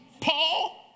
Paul